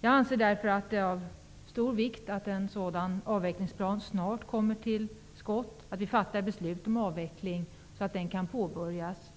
Jag anser därför att det är av stor vikt att en sådan avvecklingsplan snart kommer till stånd. Vi måste fatta ett beslut om avveckling så att den processen kan påbörjas.